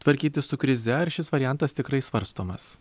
tvarkytis su krize ar šis variantas tikrai svarstomas